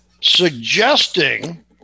suggesting